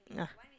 ah